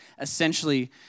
essentially